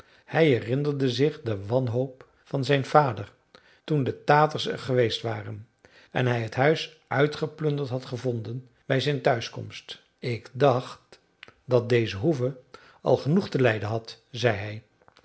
hij herinnerde zich de wanhoop van zijn vader toen de taters er geweest waren en hij het huis uitgeplunderd had gevonden bij zijn thuiskomst ik dacht dat deze hoeve al genoeg te lijden had zei